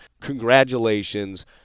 congratulations